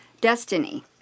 Destiny